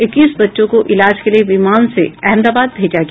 इक्कीस बच्चों को इलाज के लिए विमान से अहमदाबाद भेजा गया